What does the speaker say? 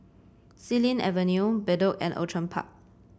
Xilin Avenue Bedok and Outram Park